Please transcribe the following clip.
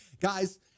guys